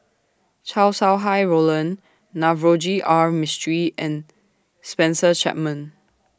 Chow Sau Hai Roland Navroji R Mistri and Spencer Chapman